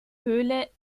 höhle